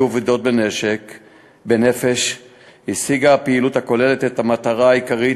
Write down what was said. אבדות בנפש השיגה הפעילות הכוללת את המטרה העיקרית,